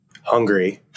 hungry